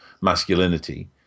masculinity